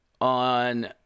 on